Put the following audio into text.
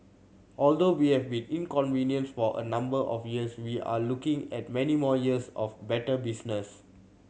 although we have been inconvenienced for a number of years we are looking at many more years of better business